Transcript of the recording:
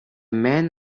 men